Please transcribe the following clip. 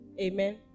Amen